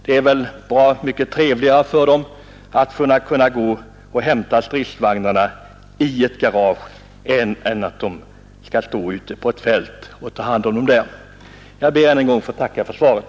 Det är väl bra mycket trevligare för den att kunna hämta stridsvagnarna i ett garage än ute på ett fält. Jag ber än en gång att få tacka för svaret.